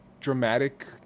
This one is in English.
dramatic